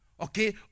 okay